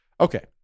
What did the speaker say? okay